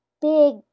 big